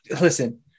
Listen